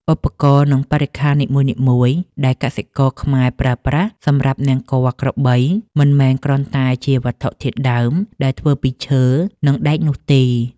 ឧបករណ៍ និងបរិក្ខារនីមួយៗដែលកសិករខ្មែរប្រើប្រាស់សម្រាប់នង្គ័លក្របី មិនមែនគ្រាន់តែជាវត្ថុធាតុដើមដែលធ្វើពីឈើ និងដែកនោះទេ។